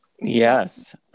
Yes